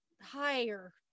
higher